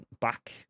back